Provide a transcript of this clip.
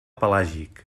pelàgic